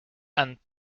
and